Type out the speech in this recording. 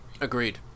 Agreed